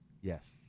yes